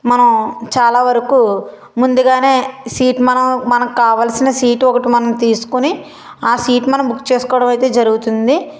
మనం చాలా వరకు ముందుగానే సీట్ మనం మనకు కావలసిన సీటు ఒకటి మనం తీసుకుని ఆ సీట్ మనం బుక్ చేసుకోవడమైతే జరుగుతుంది